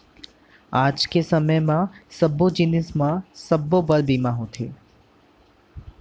आज के समे म सब्बो जिनिस म सबो बर बीमा होवथे